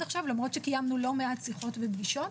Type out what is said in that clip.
עכשיו למרות שקיימנו לא מעט שיחות ופגישות.